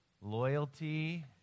Loyalty